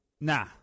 Nah